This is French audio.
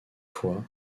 fois